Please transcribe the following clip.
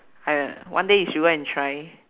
I uh one day you should go and try